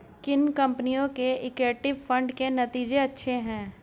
किन कंपनियों के इक्विटी फंड के नतीजे अच्छे हैं?